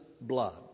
blood